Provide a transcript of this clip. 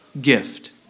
gift